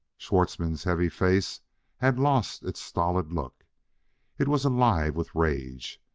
schwartzmann's heavy face had lost its stolid look it was alive with rage.